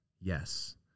Yes